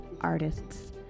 artists